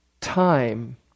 time